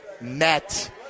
met